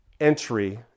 entry